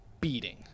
beating